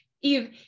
Eve